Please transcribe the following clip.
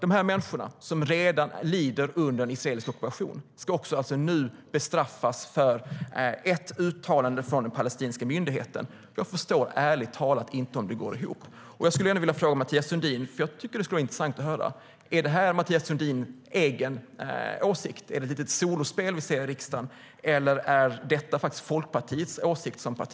Dessa människor, som redan lider under israelisk ockupation, ska alltså dessutom bestraffas för ett uttalande från palestinska myndigheten. Jag förstår ärligt talat inte hur det går ihop. Jag skulle gärna vilja fråga Mathias Sundin, för det vore intressant att få höra om det här är Mathias Sundins egen åsikt, om det är ett litet solospel vi ser i riksdagen, eller om det är Folkpartiets åsikt.